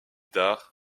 tard